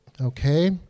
okay